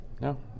No